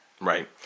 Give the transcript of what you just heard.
Right